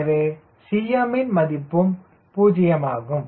எனவே Cm ன் மதிப்போம் 0 ஆகும்